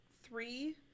three